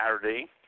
Saturday